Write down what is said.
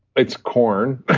it's corn oh,